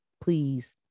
please